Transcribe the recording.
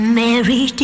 mary